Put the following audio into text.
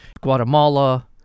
Guatemala